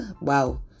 wow